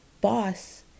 boss